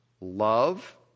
Love